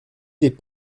des